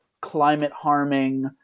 climate-harming